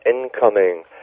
incoming